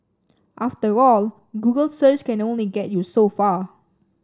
after all Google search can only get you so far